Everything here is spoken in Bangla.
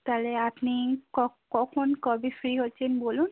তালে আপনি কখন কবে ফ্রি হচ্ছেন বলুন